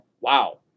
wow